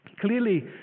Clearly